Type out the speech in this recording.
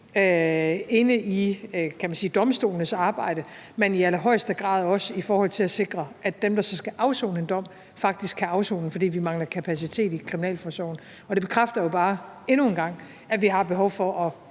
inde i domstolenes arbejde, kan man sige, men i allerhøjeste grad også i forhold til at sikre, at dem, der så skal afsone en dom, faktisk kan afsone den, for vi mangler kapacitet i kriminalforsorgen. Og det bekræfter jo bare endnu en gang, at vi har behov for at